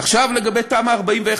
עכשיו לגבי תמ"א 41,